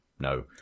No